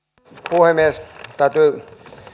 puhemies täytyy